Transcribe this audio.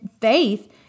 faith